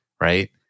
Right